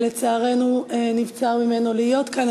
שלצערנו נבצר ממנו להיות כאן,